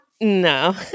No